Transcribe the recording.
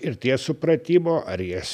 ir tie supratimo ar jas